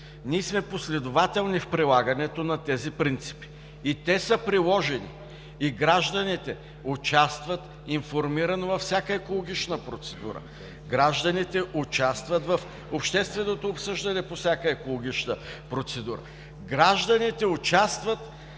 Ние сме последователни в прилагането на тези принципи, те са приложени и гражданите участват информирано във всяка екологична процедура. Гражданите участват в общественото обсъждане по всяка екологична процедура. Гражданите участват